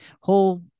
whole